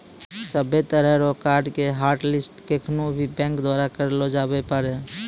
सभ्भे तरह रो कार्ड के हाटलिस्ट केखनू भी बैंक द्वारा करलो जाबै पारै